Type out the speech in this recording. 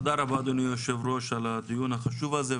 תודה רבה אדוני היושב-ראש על הדיון החשוב הזה,